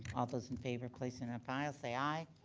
all those in favor place in our files, say aye.